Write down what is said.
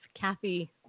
Kathy